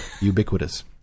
ubiquitous